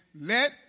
Let